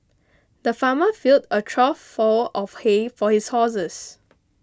the farmer filled a trough full of hay for his horses